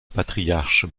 patriarche